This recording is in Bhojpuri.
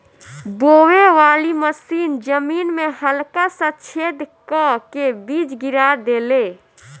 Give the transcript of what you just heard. बोवे वाली मशीन जमीन में हल्का सा छेद क के बीज गिरा देले